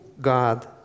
God